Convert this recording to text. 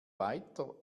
weiter